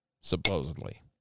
Supposedly